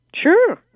Sure